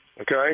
Okay